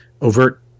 overt